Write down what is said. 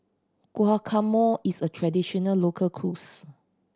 guacamole is a traditional local cuisine